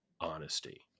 honesty